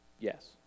Yes